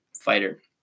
fighter